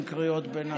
עם קריאות ביניים?